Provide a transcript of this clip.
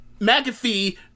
McAfee